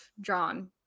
drawn